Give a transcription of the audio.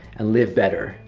and live better.